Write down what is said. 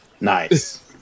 Nice